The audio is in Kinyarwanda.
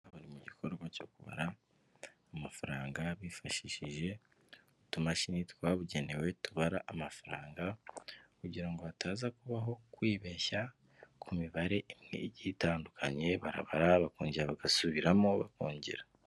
Bari mu gikorwa cyo kubara amafaranga bifashishije utumamashini twabugenewe tubara amafaranga kugira ngo hataza kubaho kwibeshya ku mibare imwe igiye itandukanye, barabara bakongera bagasubiramo, bakongera.